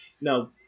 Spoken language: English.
No